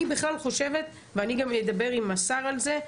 אני בכלל חושבת ואני גם אדבר עם השר על זה,